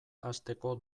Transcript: hasteko